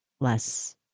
less